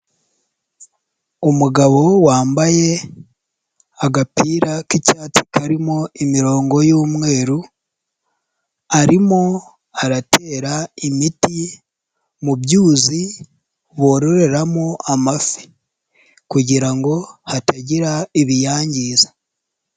Umugabo wambaye agapira k'icyatsi karimo imirongo y'umweru, arimo aratera imiti mu byuzi bororeramo amafi kugira ngo hatagira ibiyangiza.